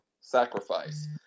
sacrifice